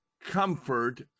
comfort